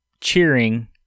cheering